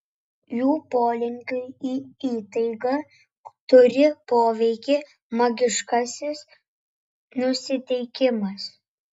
jų polinkiui į įtaigą turi poveikį magiškasis nusiteikimas